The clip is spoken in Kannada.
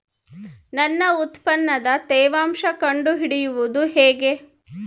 ನನ್ನ ಉತ್ಪನ್ನದ ತೇವಾಂಶ ಕಂಡು ಹಿಡಿಯುವುದು ಹೇಗೆ?